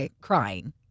crying